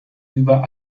über